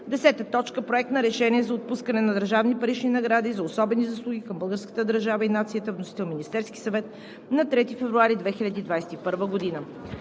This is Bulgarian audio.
2021 г. 10. Проект на решение за отпускане на държавни парични награди за особени заслуги към българската държава и нацията. Вносител – Министерският съвет, на 3 февруари 2021 г.